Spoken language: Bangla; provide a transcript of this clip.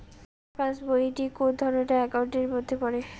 আমার পাশ বই টি কোন ধরণের একাউন্ট এর মধ্যে পড়ে?